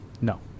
No